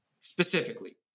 Specifically